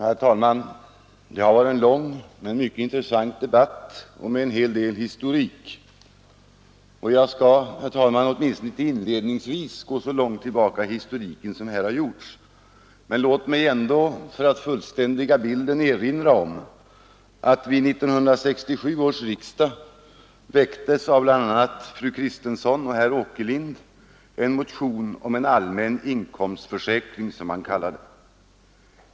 Herr talman! Det har varit en lång men mycket intressant debatt med en hel del historik. Jag skall, åtminstone inte inledningsvis, gå så långt tillbaka i tiden som man här har gjort. Men låt mig för att fullständiga bilden erinra om att det vid 1967 års riksdag av bl.a. fru Kristensson och herr Åkerlind väcktes en motion om en allmän inkomstförsäkring, som man kallade det.